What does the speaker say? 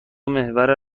محور